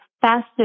faster